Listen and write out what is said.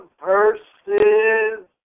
versus